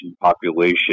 population